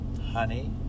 honey